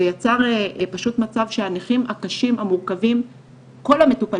זה יצר מצב שבו הנכים הקשים והמורכבים באמת,